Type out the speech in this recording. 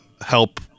help